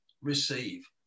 receive